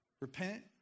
Repent